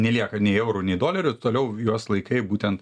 nelieka nei eurų nei dolerių toliau juos laikai būtent